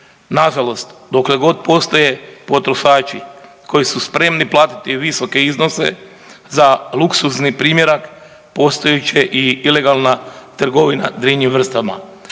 Nažalost, dokle god postoje potrošači koji su spremni platiti visoke iznose za luksuzni primjerak postojat će i ilegalna trgovina divljim vrstama.